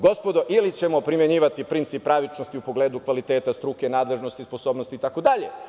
Gospodo ili ćemo primenjivati princip pravičnosti u pogledu kvaliteta struke, nadležnosti i sposobnosti itd.